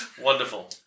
Wonderful